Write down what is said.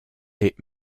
est